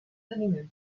nivells